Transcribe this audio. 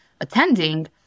attending